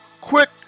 quick